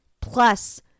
Plus